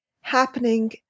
happening